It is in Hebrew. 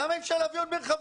למה אי אפשר להביא עוד מרחבים?